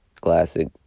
classic